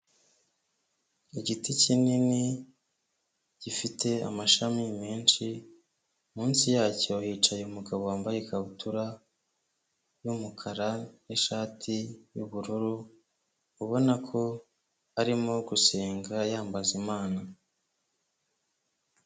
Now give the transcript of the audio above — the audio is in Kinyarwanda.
Igiti kinini gifite amashami menshi munsi yacyo hicaye umugabo wambaye ikabutura y'umukara n'ishati y'ubururu ubona ko arimo gusenga yambaza imana.